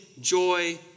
joy